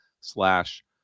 slash